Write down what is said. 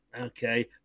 okay